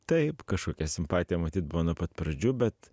taip kažkokia simpatija matyt buvo nuo pat pradžių bet